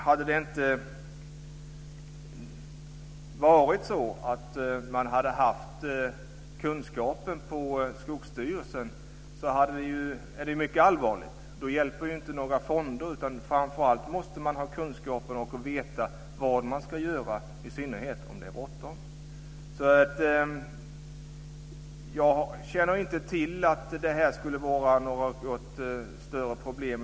Hade man på Skogsstyrelsen inte haft kunskapen om detta, skulle det vara mycket allvarligt. Då hjälper inte några fonder. Man måste framför allt ha kunskaper och veta vad man ska göra, i synnerhet om det är bråttom. Jag känner inte till att det här skulle vara något större problem.